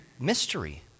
mystery